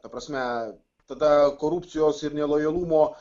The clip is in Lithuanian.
ta prasme tada korupcijos ir nelojalumo